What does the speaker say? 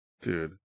dude